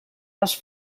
les